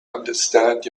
understand